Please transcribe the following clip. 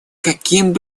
какими